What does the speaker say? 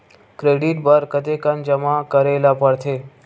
Credit बर कतेकन जमा करे ल पड़थे?